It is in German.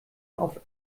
auf